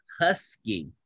Husky